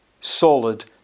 solid